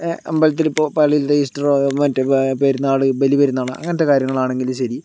ഏ അമ്പലത്തില് ഇപ്പോൾ പള്ളിയിൽത്തെ ഈസ്റ്ററോ മറ്റ് പെരുന്നാൾ ബലിപെരുന്നാള് അങ്ങനത്തെ കാര്യങ്ങൾ ആണെങ്കിലും ശരി